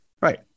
Right